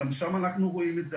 גם שם אנחנו רואים את זה.